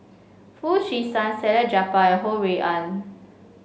Foo Chee San Salleh Japar and Ho Rui An